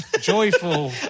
joyful